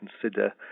consider